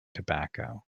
tobacco